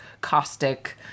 caustic